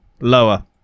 Lower